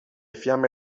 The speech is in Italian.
fiamme